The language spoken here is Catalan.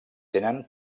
tenen